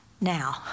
Now